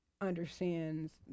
understands